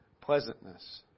Pleasantness